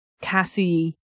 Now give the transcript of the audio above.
Cassie